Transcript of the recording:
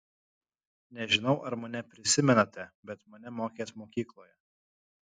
nežinau ar mane prisimenate bet mane mokėt mokykloje